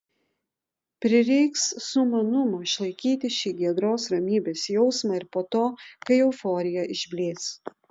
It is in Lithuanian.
prireiks sumanumo išlaikyti šį giedros ramybės jausmą ir po to kai euforija išblės